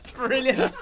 brilliant